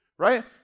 Right